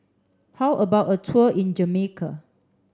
how about a tour in Jamaica